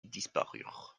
disparurent